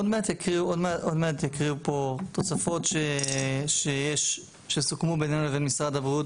עוד מעט יקריאו פה תוספות שסוכמו בינינו לבין משרד הבריאות